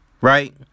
right